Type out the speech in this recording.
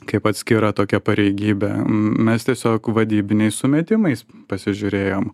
kaip atskira tokia pareigybė mes tiesiog vadybiniais sumetimais pasižiūrėjom